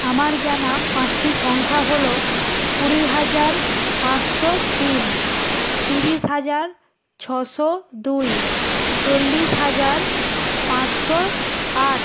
আমার জানা পাঁচটি সংখ্যা হলো কুড়ি হাজার পাঁচশো তিন তিরিশ হাজার ছশো দুই চল্লিশ হাজার পাঁচশো আট